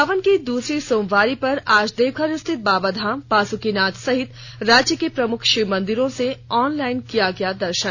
सावन की दूसरी सोमवारी पर आज देवघर स्थित बाबाधाम बासुकीनाथ सहित राज्य के प्रमुख शिव मंदिरों से ऑनलाइन किया गया दर्शन